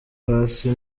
hasi